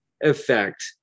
effect